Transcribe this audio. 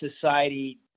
society